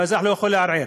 שהאזרח לא יכול לערער.